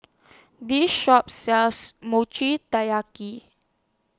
This Shop sells Mochi Taiyaki